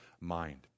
mind